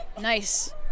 Nice